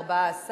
14,